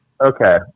Okay